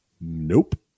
Nope